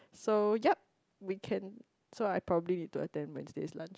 so yup we can so I probably need to attend Wednesday lunch